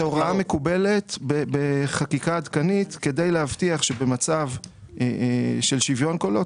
זאת הוראה מקובלת בחקיקה עדכנית כדי להבטיח שבמצב של שוויון קולות,